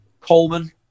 Coleman